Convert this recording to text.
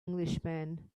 englishman